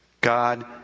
God